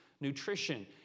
Nutrition